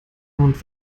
und